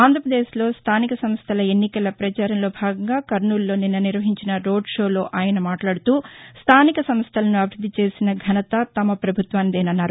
ఆంధ్రప్రదేశ్లో స్థానిక సంస్థల ఎన్నికల ప్రచారంలో భాగంగా కర్నూలులో నిన్న నిర్వహించిన రోడ్ షోలో ఆయన మాట్లాదుతూ స్థానిక సంస్థలను అభివృద్ది చేసిన ఘసత తమ పభుత్వానిదేసన్నారు